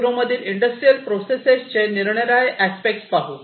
0 मधील industrial process चे निरनिराळे अस्पेक्ट पाहूया